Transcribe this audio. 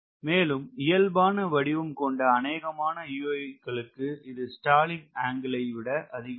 மேலும் இயல்பான வடிவ கொண்ட அநேகமான UAVக்களுக்கு இது ஸ்டாலிங் ஆங்கிள் ஐ விட அதிகமாகும்